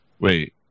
Wait